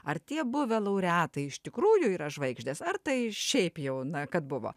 ar tie buvę laureatai iš tikrųjų yra žvaigždės ar tai šiaip jau na kad buvo